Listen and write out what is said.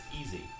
easy